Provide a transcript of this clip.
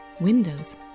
windows